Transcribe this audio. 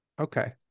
okay